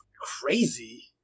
crazy